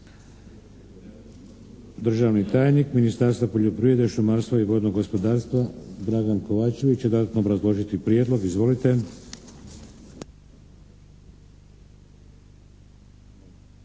Državni tajnik Ministarstva poljoprivrede, šumarstva i vodnoga gospodarstva Dragan Kovačević će dodatno obrazložiti prijedlog. Izvolite.